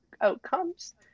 outcomes